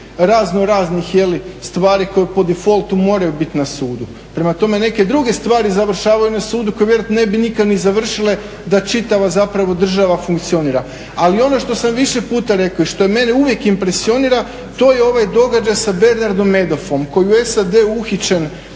raznoraznih stvari koje po difoltu moraju biti na sudu. Prema tome neke druge stvari završavaju na sudu koje vjerojatno ne bi nikada ni završile da čitava država funkcionira. Ali ono što sam više puta rekao i što mene uvijek impresionira to je ovaj događaj sa Bernardom Medofom koji je u SAD-u uhićen